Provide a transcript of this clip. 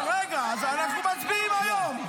רגע, אנחנו מצביעים היום?